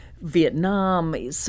Vietnam